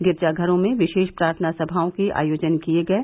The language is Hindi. गिरजा घरों में विशेष प्रार्थना सभाओं के आयोजन किये गये